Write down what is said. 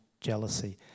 jealousy